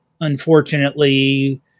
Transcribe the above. unfortunately